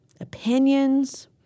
opinions